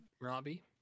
Robbie